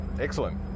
Excellent